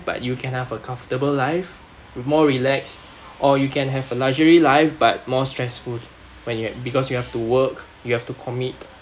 but you can have a comfortable life with more relax or you can have a luxury life but more stressful when you at because you have to work you have to commit